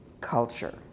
culture